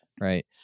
right